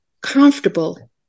comfortable